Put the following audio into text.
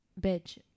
bitch